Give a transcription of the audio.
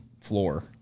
floor